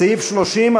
לסעיף 30,